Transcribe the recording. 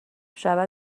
شود